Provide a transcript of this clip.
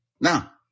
Now